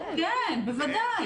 כן, בוודאי.